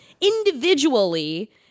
individually